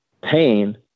pain